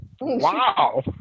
Wow